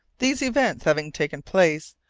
these events having taken place,